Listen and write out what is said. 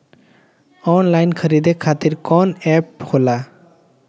Online खरीदे खातीर कौन एप होला?